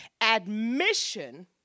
Admission